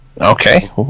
Okay